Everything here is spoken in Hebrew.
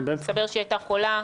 הסתבר שהיא הייתה חולה,